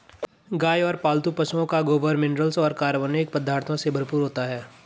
गाय और पालतू पशुओं का गोबर मिनरल्स और कार्बनिक पदार्थों से भरपूर होता है